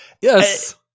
Yes